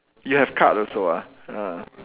you have card also ah ah